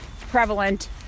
prevalent